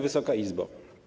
Wysoka Izbo!